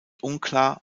unklar